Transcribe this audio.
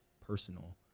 personal